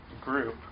group